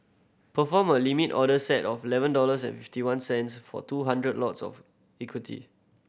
perform a Limit order set of eleven dollars and fifty one cents for two hundred lots of equity